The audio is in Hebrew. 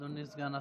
אדוני סגן השר,